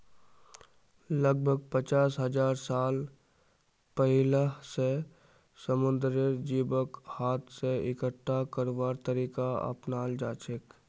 लगभग पचास हजार साल पहिलअ स समुंदरेर जीवक हाथ स इकट्ठा करवार तरीका अपनाल जाछेक